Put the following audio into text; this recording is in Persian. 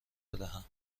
بدهم